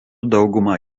daugumą